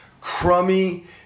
crummy